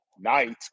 night